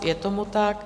Je tomu tak.